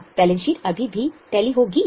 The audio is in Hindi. तब बैलेंस शीट अभी भी टैली होगी